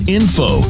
info